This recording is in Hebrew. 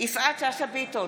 יפעת שאשא ביטון,